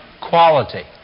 quality